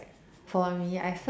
for me I first